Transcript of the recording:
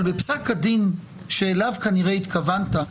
אבל בפסק הדין שאליו כנראה התכוונת,